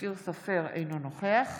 אינו נוכח